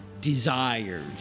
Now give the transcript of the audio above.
desires